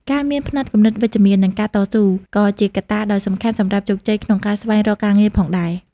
ការមានផ្នត់គំនិតវិជ្ជមាន និងការតស៊ូ ក៏ជាកត្តាដ៏សំខាន់សម្រាប់ជោគជ័យក្នុងការស្វែងរកការងារផងដែរ។